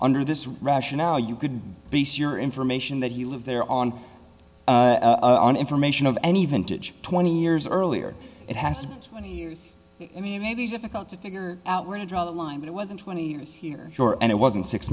under this rationale you could be sure information that you live there on an information of any vintage twenty years earlier it hasn't any use i mean maybe difficult to figure out where to draw the line it wasn't twenty years here sure and it wasn't six